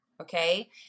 okay